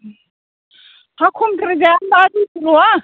हा खमद्राय जाया होनब्ला दुइस'ल'आ